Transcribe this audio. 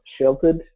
sheltered